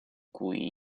cui